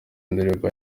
indirimbo